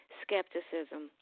skepticism